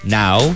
now